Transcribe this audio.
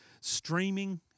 streaming